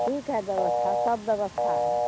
ठीक है व्यवस्था सब व्यवस्था है